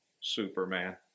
Superman